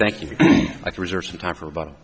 thank you can i reserve some time for but